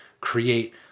create